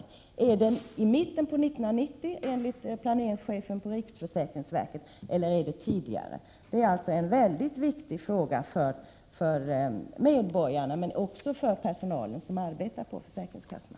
Blir det i mitten av 1990-talet, som planeringschefen vid riksförsäkringsverket trodde, eller blir det tidigare? Det är en mycket viktig fråga för medborgarna, liksom också för den personal som arbetar vid försäkringskassorna.